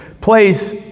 place